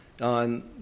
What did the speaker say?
on